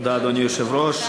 תודה, אדוני היושב-ראש.